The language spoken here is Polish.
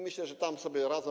Myślę, że oni sobie radzą.